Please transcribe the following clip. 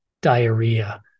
diarrhea